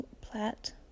Plat